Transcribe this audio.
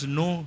no